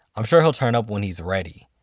i'm sure he'll turn up when he's ready.